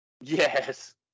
Yes